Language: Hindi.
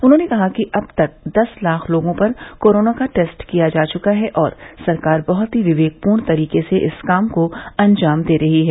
उन्होंने कहा कि अब तक दस लाख लोगों पर कोरोना का टेस्ट किया जा चुका है और सरकार बहुत ही विवेकपूर्ण तरीके से इस काम को अंजाम दे रही है